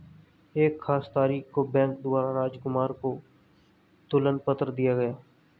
एक खास तारीख को बैंक द्वारा राजकुमार को तुलन पत्र दिया गया